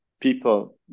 people